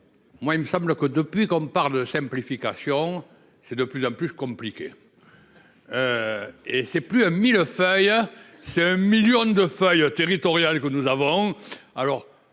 Moi il me semble que depuis qu'on parle de simplification. C'est de plus en plus compliqué. Et c'est plus un millefeuille. Ah c'est un million de feuilles territorial, que nous avons.